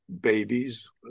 babies